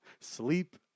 sleep